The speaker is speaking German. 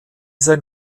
sein